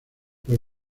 los